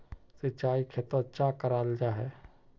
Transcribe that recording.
सिंचाई खेतोक चाँ कराल जाहा जाहा?